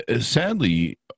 Sadly